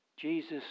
Jesus